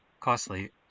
costly